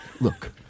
Look